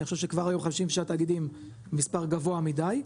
אני חושב שכבר היום 56 תאגידים זה מספר גבוה מדי,